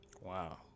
Wow